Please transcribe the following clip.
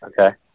Okay